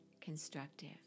constructive